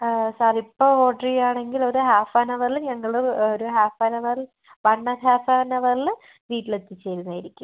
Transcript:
ആ സാർ ഇപ്പം ഓർഡർ ചെയ്യാണെങ്കിൽ ഒരു ഹാഫ് ആൻ അവറിൽ ഞങ്ങൾ ഒരു ഹാഫ് ആൻ അവറിൽ വൺ ആൻഡ് ഹാഫ് ആൻ അവറിൽ വീട്ടിൽ എത്തിച്ച് തരുന്നത് ആയിരിക്കും